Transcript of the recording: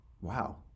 wow